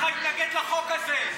שלך התנגד לחוק הזה.